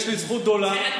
יש לי זכות גדולה.